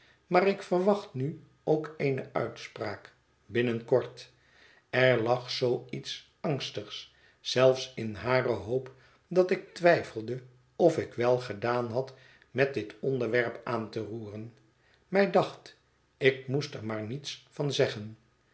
maar ik verwacht nu ook eene uitspraak binnen kort er lag zoo iets angstigs zelfs in hare hoop dat ik twijfelde of ik wèl gedaan had met dit onderwerp aan te roeren mij dacht ik moest er maar niets van zeggen